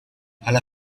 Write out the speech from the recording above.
alla